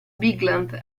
bigland